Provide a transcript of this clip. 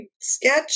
sketch